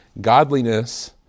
godliness